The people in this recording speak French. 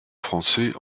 français